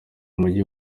umujyi